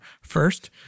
First